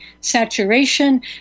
saturation